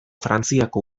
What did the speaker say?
frantziako